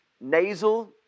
nasal